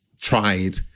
tried